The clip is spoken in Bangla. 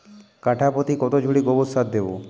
কাঠাপ্রতি কত ঝুড়ি গোবর সার দেবো?